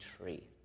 tree